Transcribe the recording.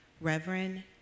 Reverend